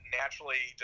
naturally